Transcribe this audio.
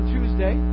Tuesday